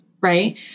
right